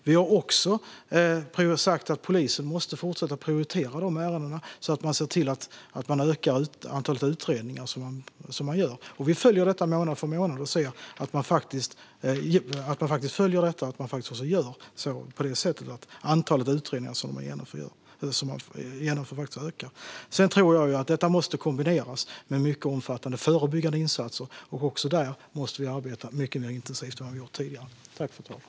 Vi har också sagt att polisen måste fortsätta att prioritera de här ärendena så att man ser till att man ökar antalet utredningar som görs. Vi följer detta månad för månad och ser att man gör på så sätt att antalet utredningar som görs faktiskt ökar. Sedan tror jag att detta måste kombineras med mycket omfattande förebyggande insatser, och också där måste vi arbeta mycket mer intensivt än vad vi har gjort tidigare.